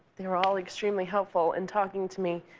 they were all extremely helpful in talking to me,